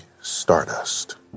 stardust